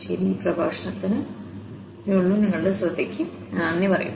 ശരി ഈ പ്രഭാഷണത്തിന് അത്രയേയുള്ളൂ നിങ്ങളുടെ ശ്രദ്ധയ്ക്ക് ഞാൻ നന്ദി പറയുന്നു